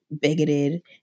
bigoted